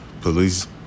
Police